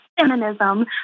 feminism